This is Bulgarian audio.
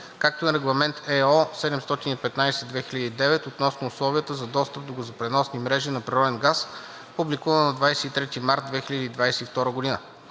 както и на Регламент (ЕО) № 715/2009 относно условията за достъп до газопреносни мрежи за природен газ, публикувано на 23 март 2022 г.